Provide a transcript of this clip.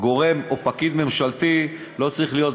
גורם או פקיד ממשלתי לא צריך להיות בשכר.